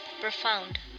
profound